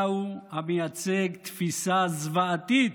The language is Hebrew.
אתה הוא המייצג תפיסה זוועתית.